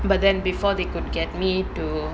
but then before they could get me to